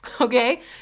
okay